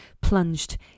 plunged